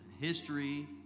history